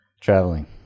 traveling